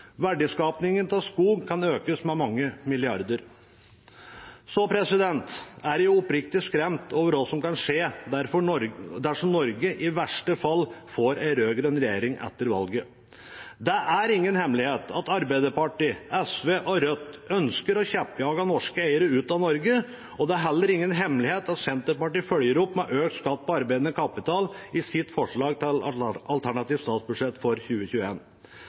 skog kan økes med mange milliarder kroner. Jeg er oppriktig skremt over hva som kan skje dersom Norge – i verste fall – får en rød-grønn regjering etter valget. Det er ingen hemmelighet at Arbeiderpartiet, SV og Rødt ønsker å kjeppjage norske eiere ut av Norge. Det er heller ingen hemmelighet at Senterpartiet følger opp med økt skatt på arbeidende kapital i sitt forslag til alternativt statsbudsjett for